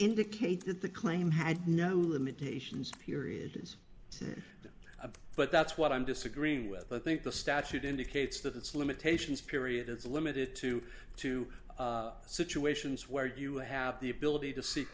indicate that the claim had no limitations period of but that's what i'm disagreeing with i think the statute indicates that it's limitations period it's limited to two situations where you have the ability to see